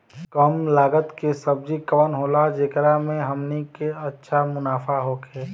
कम लागत के सब्जी कवन होला जेकरा में हमनी के अच्छा मुनाफा होखे?